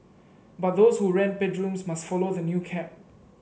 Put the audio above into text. but those who rent bedrooms must follow the new cap